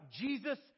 Jesus